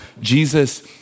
Jesus